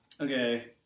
Okay